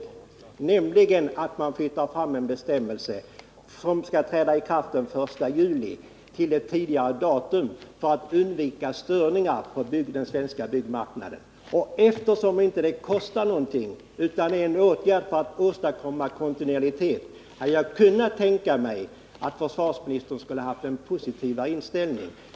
Det rör sig ju om att flytta ikraftträdandet av en bestämmelse från den 1 juli till ett något tidigare datum för att undvika störningar på den svenska byggmarknaden. Eftersom det inte heller kostar någonting utan är en åtgärd för att åstadkomma kontinuitet hade jag kunnat tänka mig att försvarsministern skulle ha haft en mera positiv inställning.